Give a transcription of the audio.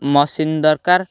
machine ଦରକାର